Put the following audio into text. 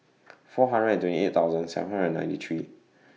four hundred and twenty eight thousand seven hundred and ninety three